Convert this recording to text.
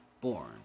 born